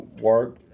work